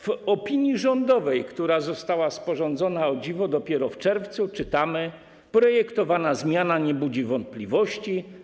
W opinii rządowej, która została sporządzona o dziwo dopiero w czerwcu, czytamy: Projektowana zmiana nie budzi wątpliwości.